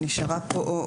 שנשארה פה,